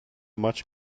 maç